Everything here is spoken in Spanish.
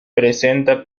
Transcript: presenta